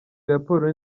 raporo